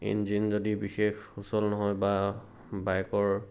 engine যদি বিশেষ সুচল নহয় বা বাইকৰ